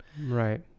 Right